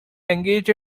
engage